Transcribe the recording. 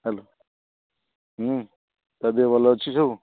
hello ହୁଁ ତା ଦେହ ଭଲ ଅଛି ସବୁ